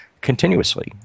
continuously